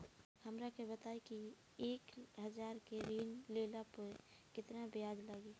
हमरा के बताई कि एक हज़ार के ऋण ले ला पे केतना ब्याज लागी?